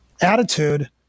attitude